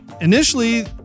Initially